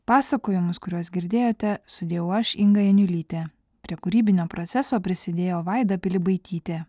pasakojimus kuriuos girdėjote sudėjau aš inga janiulytė prie kūrybinio proceso prisidėjo vaida pilibaitytė